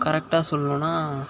கரெக்டாக சொல்லணும்னா